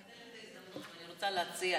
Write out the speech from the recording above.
אני רוצה לנצל את